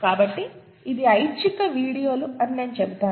కాబట్టి ఇది ఐచ్ఛిక వీడియోలు అని నేను చెబుతాను